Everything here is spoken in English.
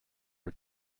are